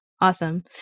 awesome